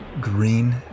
green